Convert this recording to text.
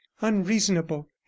unreasonable